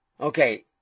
Okay